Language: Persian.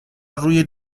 روی